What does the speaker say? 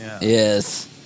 Yes